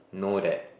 know that